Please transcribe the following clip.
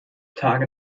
tage